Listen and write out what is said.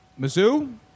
Mizzou